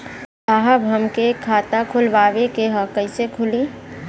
साहब हमके एक खाता खोलवावे के ह कईसे खुली?